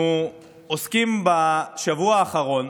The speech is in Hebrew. אנחנו עוסקים בשבוע האחרון